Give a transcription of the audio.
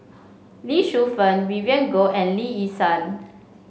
Lee Shu Fen Vivien Goh and Lee Yi Shyan